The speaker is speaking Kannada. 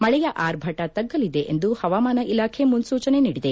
ಮಳೆಯ ಆರ್ಭಟ ತಗ್ಗಲಿದೆ ಎಂದು ಹವಾಮಾನ ಇಲಾಖೆ ಮುನ್ನೂಚನೆ ನೀಡಿದೆ